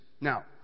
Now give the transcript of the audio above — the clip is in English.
Now